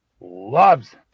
Loves